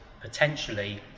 potentially